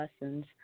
lessons